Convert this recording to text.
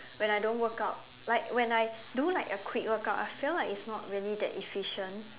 when I don't workout like when I do like a quick workout I feel like it's not really that efficient